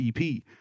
EP